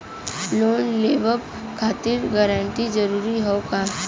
Loan लेवब खातिर guarantor जरूरी हाउ का?